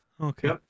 Okay